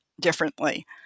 differently